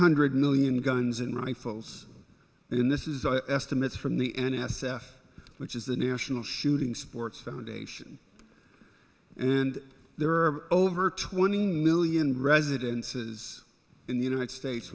hundred million guns and rifles in this is i estimate from the n s f which is the national shooting sports foundation and there are over twenty million residences in the united states